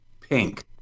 pink